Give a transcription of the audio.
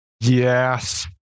Yes